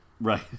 Right